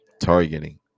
Targeting